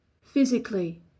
physically